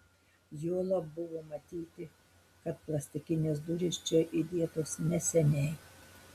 juolab buvo matyti kad plastikinės durys čia įdėtos neseniai